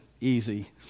easy